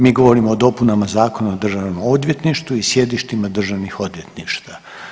Mi govorimo o dopunama Zakona o Državnom odvjetništvu i sjedištima državnih odvjetništava.